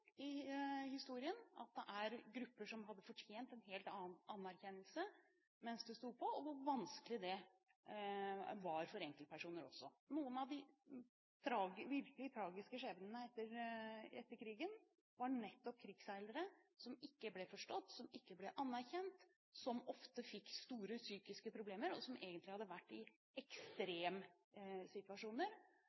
i historien, at det er grupper som hadde fortjent en helt annen anerkjennelse mens det sto på, og hvor vanskelig det var også for enkeltpersoner. Noen av de virkelig tragiske skjebnene etter krigen var nettopp krigsseilere som ikke ble forstått, som ikke ble anerkjent, som ofte fikk store psykiske problemer, og som egentlig hadde vært i